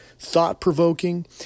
thought-provoking